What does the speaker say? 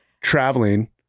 traveling